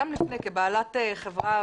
גם לפני כבעלת חברה,